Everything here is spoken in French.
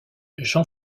jean